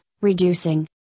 reducing